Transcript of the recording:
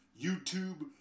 YouTube